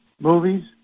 movies